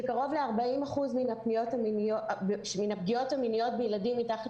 שקרוב ל-40% מן הפגיעות המיניות בילדים מתחת